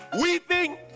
Weeping